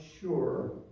sure